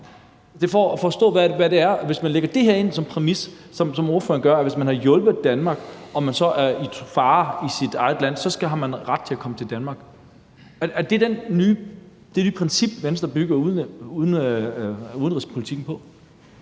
Det er for at forstå, hvad det betyder, hvis man lægger det her ind som præmis, som ordføreren gør, at hvis man har hjulpet Danmark og man så er i fare i sit eget land, har man ret til at komme til Danmark. Er det det nye princip, Venstre bygger udenrigspolitikken på?